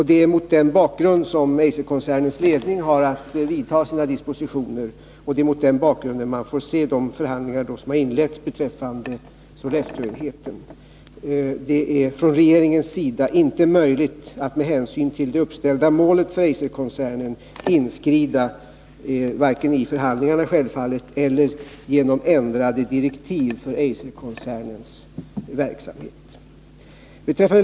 Det är mot den bakgrunden Eiserkoncernens ledning har att vidta sina dispositioner, och det är mot den bakgrunden vi får se de förhandlingar som inletts beträffande Sollefteåenheten. Det är inte möjligt för regeringen, med hänsyn till det uppställda målet för Eiserkoncernen, att inskrida vare sig genom att lägga sig i förhandlingen — självfallet — eller genom att ändra direktiven för Eiserkoncernens verksamhet.